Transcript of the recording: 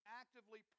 actively